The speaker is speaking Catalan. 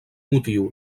motiu